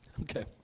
Okay